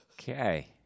Okay